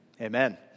amen